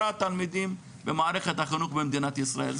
התלמידים במערכת החינוך במדינת ישראל.